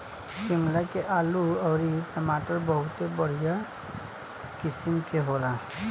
शिमला के आलू अउरी टमाटर बहुते बढ़िया किसिम के होला